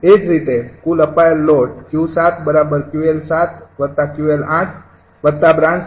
એ જ રીતે કુલ અપાયેલ લોડ 𝑄૭𝑄𝐿૭𝑄𝐿૮બ્રાન્ચ ૭ ના રિએક્ટિવ પાવર લોસ